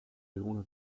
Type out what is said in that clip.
algunos